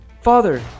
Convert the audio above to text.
Father